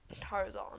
tarzan